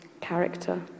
character